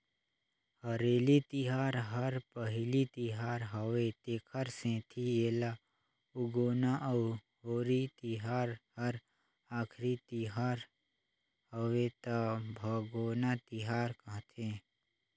हरेली तिहार हर पहिली तिहार हवे तेखर सेंथी एला उगोना अउ होरी तिहार हर आखरी तिहर हवे त भागोना तिहार कहथें